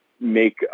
make